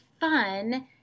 fun